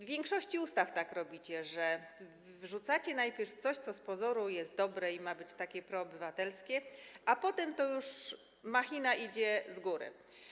W większości ustaw tak robicie, że wrzucacie najpierw coś, co z pozoru jest dobre i ma być takie proobywatelskie, a potem to już machina idzie z góry.